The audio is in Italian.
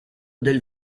del